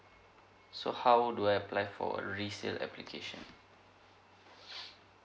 so how do I apply for resale application